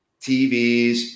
TVs